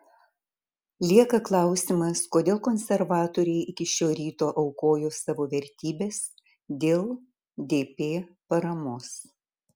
lieka klausimas kodėl konservatoriai iki šio ryto aukojo savo vertybes dėl dp paramos